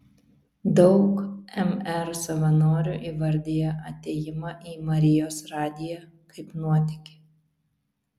daug mr savanorių įvardija atėjimą į marijos radiją kaip nuotykį